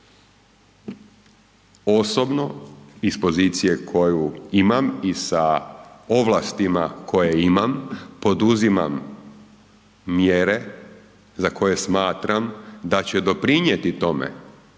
Osobno iz pozicije koju imam i sa ovlastima koje imam, poduzimam mjere za koje smatram da će doprinijeti tome